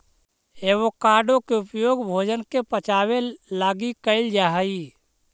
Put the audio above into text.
avocado के उपयोग भोजन के पचाबे लागी कयल जा हई